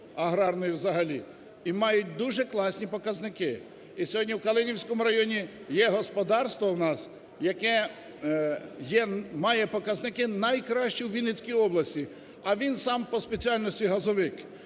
аграрної взагалі, і мають дуже класні показники. І сьогодні в Калинівському районі є господарство в нас, яке є, має показники найкращі у Вінницькій області, а він сам по спеціальності - газовик.